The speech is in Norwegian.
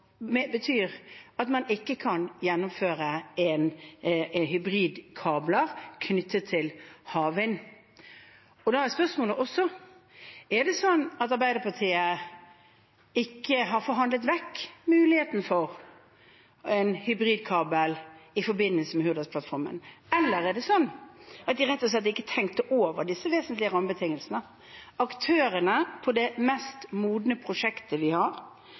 betyr at man ikke kan gjennomføre hybridkabler knyttet til havvind? Da er også spørsmålet: Er det sånn at Arbeiderpartiet ikke har forhandlet vekk muligheten for en hybridkabel i forbindelse med Hurdalsplattformen, eller har de rett og slett ikke tenkt over disse vesentlige rammebetingelsene? Aktørene for det mest modne prosjektet vi har,